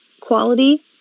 quality